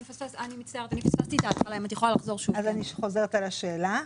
אני חוזרת על השאלה.